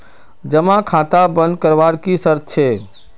जमा खाता बन करवार की शर्त छे?